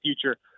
future